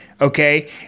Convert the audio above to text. okay